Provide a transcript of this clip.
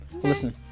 listen